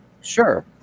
sure